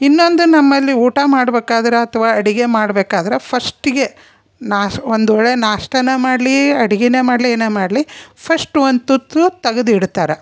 ಇನ್ನೊಂದು ನಮ್ಮಲ್ಲಿ ಊಟ ಮಾಡ್ಬೇಕಾದ್ರೆ ಅಥ್ವಾ ಅಡುಗೆ ಮಾಡ್ಬೇಕಾದ್ರೆ ಫಸ್ಟಿಗೆ ನಾಶ್ ಒಂದೊಳ್ಳೆಯ ನಾಷ್ಟಾನೇ ಮಾಡಲಿ ಅಡಿಗೇನೆ ಮಾಡಲಿ ಏನೇ ಮಾಡಲಿ ಫಸ್ಟ್ ಒಂದು ತುತ್ತು ತಗದು ಇಡ್ತಾರೆ